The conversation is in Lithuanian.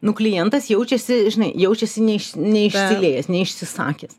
nu klientas jaučiasi žinai jaučiasi nei iš neišsiliejęs neišsisakęs